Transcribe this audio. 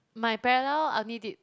my parallel I only did